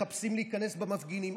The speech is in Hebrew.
והם לא מחפשים להיכנס במפגינים,